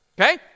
Okay